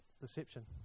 deception